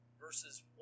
verses